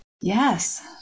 Yes